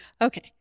Okay